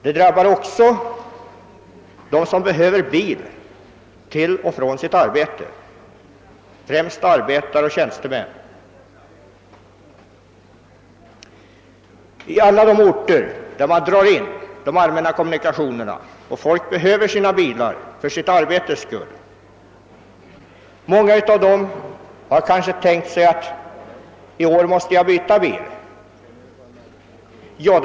Den drabbar också dem som behöver bil för resor till och från sitt arbete — främst arbetare och tjänstemän — på alla de orter där de allmänna kommunikationerna dras in. Många av dem har kanske tänkt sig att byta bil i år.